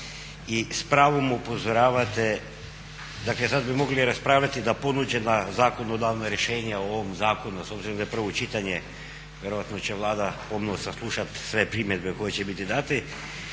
i s pravom upozoravate, dakle sad bi mogli raspravljati da ponuđena zakonodavna rješenja o ovom zakonu, a s obzirom da je prvo čitanje vjerojatno će Vlada ponovo saslušati sve primjedbe koje će biti date,